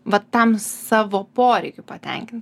vat tam savo poreikiui patenkint